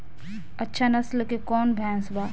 अच्छा नस्ल के कौन भैंस बा?